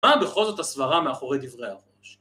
מה בכל זאת הסברה מאחורי דברי הראש?